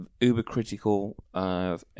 uber-critical